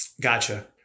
Gotcha